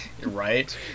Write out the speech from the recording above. Right